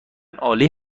عالی